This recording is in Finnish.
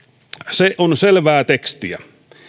se on selvää tekstiä